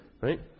Right